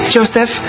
Joseph